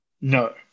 No